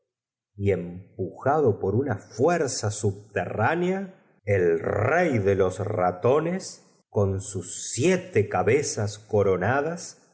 y empujado por una fuerza subterránea el rey do los ratones u con sus siete cabezas coronadas